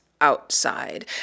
outside